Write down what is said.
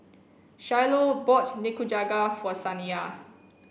Shiloh bought Nikujaga for Saniya